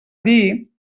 dir